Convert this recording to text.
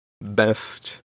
best